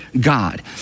God